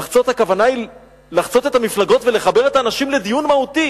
"לחצות" הכוונה היא לחצות את המפלגות ולחבר את האנשים לדיון מהותי,